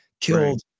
killed